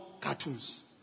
cartoons